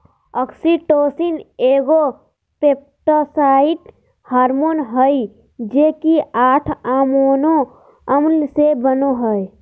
oxytocin एगो peptide hormone हइ जे कि आठ अमोनो अम्ल से बनो हइ